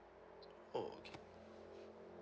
oh okay